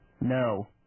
No